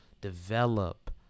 develop